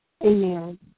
Amen